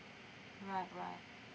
alright alright